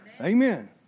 Amen